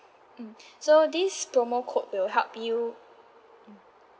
mm so this promo code will help you mm